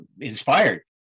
inspired